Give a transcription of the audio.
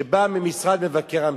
שבאה ממשרד מבקר המדינה,